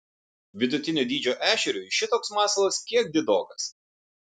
vidutinio dydžio ešeriui šitoks masalas kiek didokas